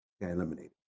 eliminated